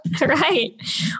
Right